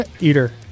eater